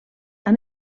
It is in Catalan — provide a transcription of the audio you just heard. han